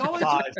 Five